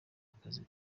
akazi